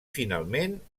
finalment